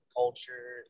culture